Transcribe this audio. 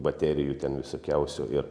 baterijų ten visokiausių ir